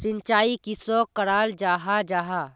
सिंचाई किसोक कराल जाहा जाहा?